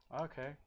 okay